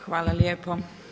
Hvala lijepo.